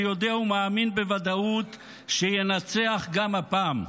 ויודע ומאמין בוודאות שינצח גם הפעם.